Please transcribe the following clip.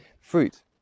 fruit